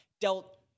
dealt